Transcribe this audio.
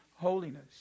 holiness